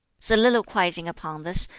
soliloquizing upon this,